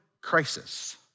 crisis